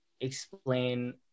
explain